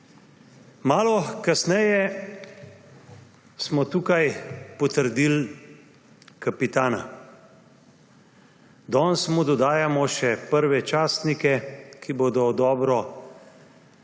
Malo kasneje smo tukaj potrdili kapitana. Danes mu dodajamo še prve častnike, ki bodo v dobro te